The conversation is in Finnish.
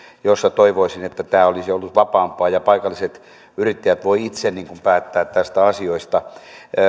josta toivoisin että tämä olisi ollut vapaampaa ja paikalliset yrittäjät voisivat itse päättää tästä asiasta